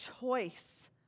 choice